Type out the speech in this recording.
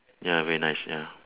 ya very nice ya